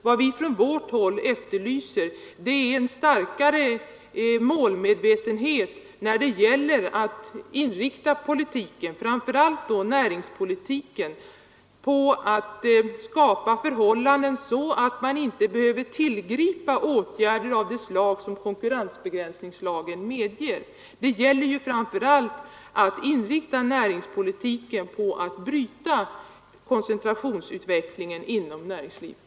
Vad vi från vårt håll efterlyser är en starkare målmedvetenhet när det gäller att inrikta politiken, framför allt näringspolitiken, på att skapa sådana förhållanden att man inte behöver tillgripa åtgärder av det slag som konkurrensbegränsningslagen medger. Det gäller ju framför allt att inrikta näringspolitiken på att bryta koncentrationsutvecklingen inom näringslivet.